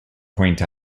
point